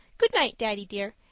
good night, daddy dear,